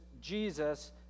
Jesus